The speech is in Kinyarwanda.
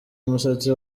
umusatsi